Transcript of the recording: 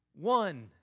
One